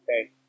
Okay